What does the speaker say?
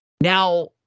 Now